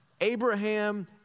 Abraham